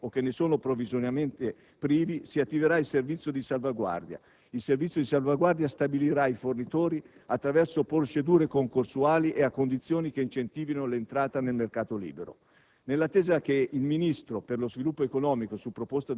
Per i clienti non domestici che non hanno scelto il fornitore o che ne sono provvisoriamente privi si attiverà il "servizio di salvaguardia", che stabilirà i fornitori attraverso procedure concorsuali e a condizioni che incentivino l'entrata nel mercato libero.